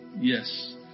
Yes